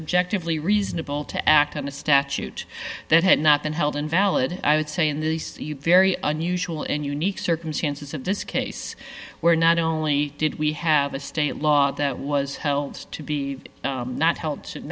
objective lee reasonable to act on a statute that had not been held invalid i would say in the very unusual and unique circumstances of this case where not only did we have a state law that was held to be not help